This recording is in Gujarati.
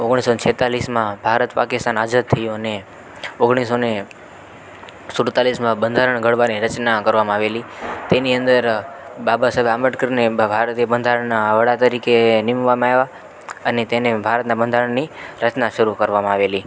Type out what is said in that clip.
ઓગણીસસો ને છેતાળીસમાં ભારત પાકિસ્તાન આઝાદ થયું અને ઓગણીસસો ને સુડતાળીસમાં બંધારણ ઘડવાની રચના કરવામાં આવેલી તેની અંદર બાબા સાહેબ આંબેડકરને ભારતીય બંધારણના વડા તરીકે નીમવામાં આવ્યા અને તેને ભારતના બંધારણની રચના શરૂ કરવામાં આવેલી